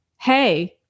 hey